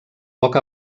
poc